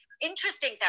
interesting